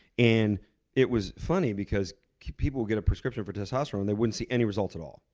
and it was funny because people will get a prescription for testosterone. they wouldn't see any results at all.